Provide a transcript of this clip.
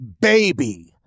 baby